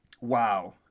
wow